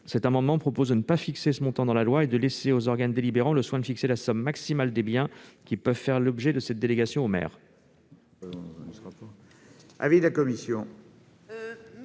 Cet amendement vise à ne pas fixer ce montant dans la loi et à laisser aux organes délibérants le soin de déterminer la somme maximale des biens qui peuvent faire l'objet de la délégation au maire.